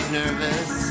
nervous